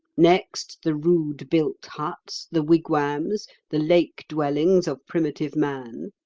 next the rude built huts, the wigwams, the lake dwellings of primitive man.